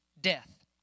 death